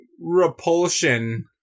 repulsion